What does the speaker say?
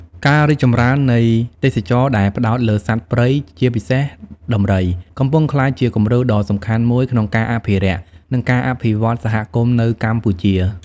ការរីកចម្រើននៃទេសចរណ៍ដែលផ្តោតលើសត្វព្រៃ ជាពិសេសដំរី កំពុងក្លាយជាគំរូដ៏សំខាន់មួយក្នុងការអភិរក្ស និងការអភិវឌ្ឍសហគមន៍នៅកម្ពុជា។